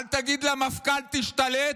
אל תגיד למפכ"ל: תשתלט,